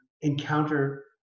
encounter